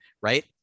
right